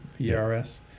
ERS